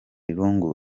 lungu